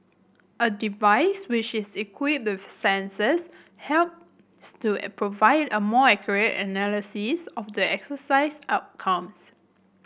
a device which is equipped with sensors helps to provide a more accurate analysis of the exercise outcomes